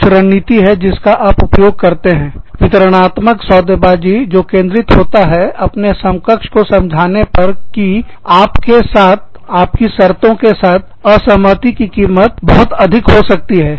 कुछ रणनीति है जिसका आप उपयोग करते हैं वितरणात्मक सौदेबाजी सौदाकारी जो केंद्रित होता है अपने समकक्ष को समझाने पर कि आपके साथ आपकी शर्तों के साथ असहमति की कीमत बहुत अधिक हो सकती है